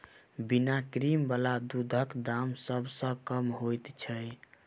बिना क्रीम बला दूधक दाम सभ सॅ कम होइत छै